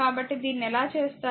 కాబట్టి దీన్ని ఎలా చేస్తారు